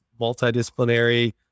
multidisciplinary